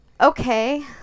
Okay